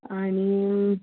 आणी